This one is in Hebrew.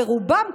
ברובם,